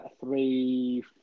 three